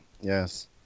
yes